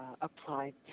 applied